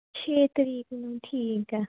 ਛੇ ਤਰੀਕ ਨੂੰ ਠੀਕ ਆ